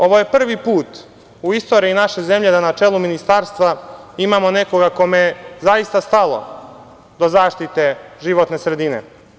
Ovo je prvi put u istoriji naše zemlje da na čelu ministarstva imamo nekoga kome je zaista stalo do zaštite životne sredine.